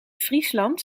friesland